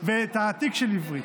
תעתיק של עברית.